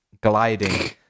gliding